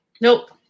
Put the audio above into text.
Nope